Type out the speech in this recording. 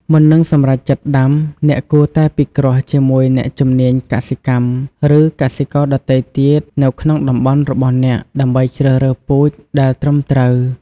មុននឹងសម្រេចចិត្តដាំ អ្នកគួរតែពិគ្រោះជាមួយអ្នកជំនាញកសិកម្ម ឬកសិករដទៃទៀតនៅក្នុងតំបន់របស់អ្នក ដើម្បីជ្រើសរើសពូជដែលត្រឹមត្រូវ។